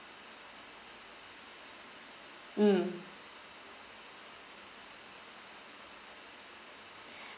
mm